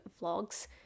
vlogs